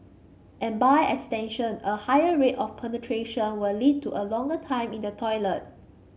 and by extension a higher rate of penetration will lead to a longer time in the toilet